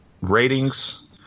ratings